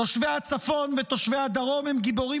תושבי הצפון ותושבי הדרום הם גיבורים